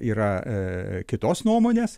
yra kitos nuomonės